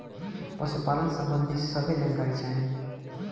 पशुपालन सबंधी सभे जानकारी चाही?